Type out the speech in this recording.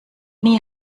nie